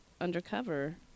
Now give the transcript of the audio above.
undercover